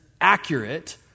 accurate